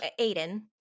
Aiden